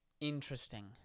Interesting